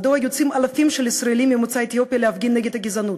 מדוע יוצאים אלפי ישראלים ממוצא אתיופי להפגין נגד הגזענות?